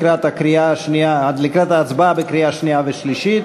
לקראת ההצבעה בקריאה שנייה ושלישית,